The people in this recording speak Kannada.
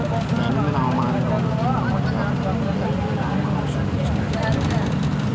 ದೈನಂದಿನ ಹವಾಮಾನ ಅಂದ್ರ ಒಂದ ತಿಂಗಳ ಮಟಾ ಪ್ರತಿದಿನಾ ಬ್ಯಾರೆ ಬ್ಯಾರೆ ಹವಾಮಾನ ಅಂಶಗಳ ವೇಕ್ಷಣೆಯನ್ನಾ ಪಟ್ಟಿ ಮಾಡುದ